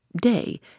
Day